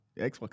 Xbox